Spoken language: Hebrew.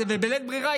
זה בלית ברירה,